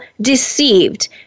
deceived